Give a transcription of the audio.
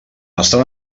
estan